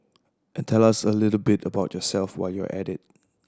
and tell us a little bit about yourself while you're at it